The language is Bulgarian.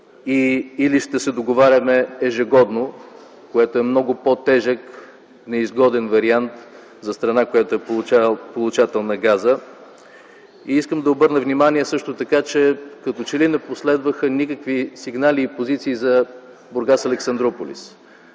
или ще се договаряме ежегодно, което е много по-тежък, неизгоден вариант за страна, която е получател на газа? Искам също така да обърна внимание, че като че ли не последваха никакви сигнали и позиции за „Бургас - Александруполис”.